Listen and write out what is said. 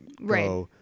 right